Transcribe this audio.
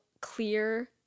clear